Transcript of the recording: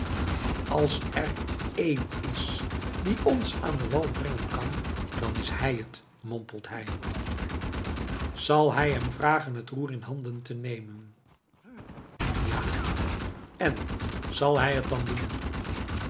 als er één is die ons aan den wal brengen kan dan is hij het mompelt hij zal hij hem vragen het roer in handen te nemen ja en zal hij het dan doen